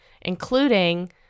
including